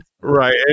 Right